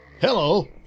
Hello